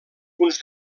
punts